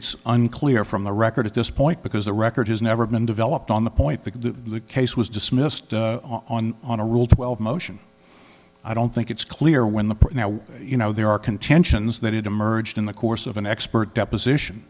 it's unclear from the record at this point because the record has never been developed on the point the case was dismissed on on a rule twelve motion i don't think it's clear when the you know there are contentions that it emerged in the course of an expert deposition